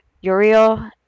Uriel